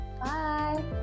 bye